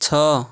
ଛଅ